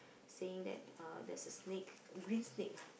saying that uh there's a snake green snake ah